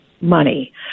money